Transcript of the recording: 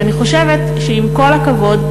ואני חושבת שעם כל הכבוד,